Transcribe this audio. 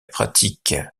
pratique